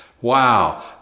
Wow